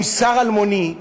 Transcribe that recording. אם שר אלמוני,